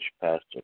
Pastor